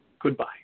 Goodbye